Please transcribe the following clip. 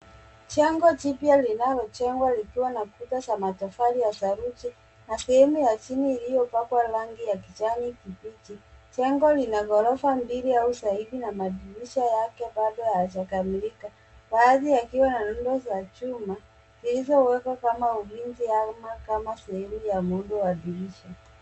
Jengo jipya linalojengwa likiwa na ukuta za matofali ya saruji na sehemu ya chini iliyopakwa rangi ya kijani kibichi. Jengo lina ghorofa mbili au zaidi na madirisha yake bado hayajakamilika baadhi yakiwa na rundo za chuma zilizowekwa kama ulinzi ama kama sehemu ya muundo wa dirisha.